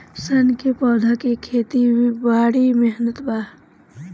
सन क पौधा के खेती में बड़ी मेहनत बा